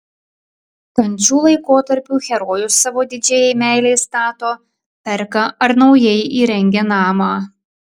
kančių laikotarpiu herojus savo didžiajai meilei stato perka ar naujai įrengia namą